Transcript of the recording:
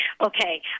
Okay